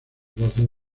voces